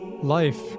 Life